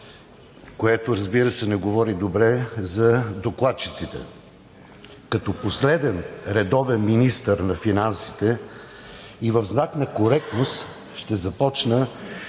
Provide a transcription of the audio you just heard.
което, разбира се, не говори добре за докладчиците. Като последен редовен министър на финансите и в знак на коректност, ще започна